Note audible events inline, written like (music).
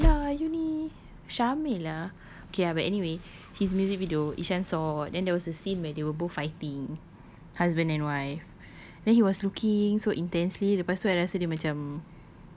(noise) !alah! you ni syamel lah okay ah but anyway his music video ishan saw then there was a scene where they were both fighting husband and wife then he was looking so intensely lepas tu I rasa dia macam